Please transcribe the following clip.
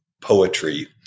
poetry